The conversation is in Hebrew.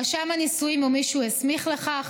רשם הנישואים או מי שהוא הסמיך לכך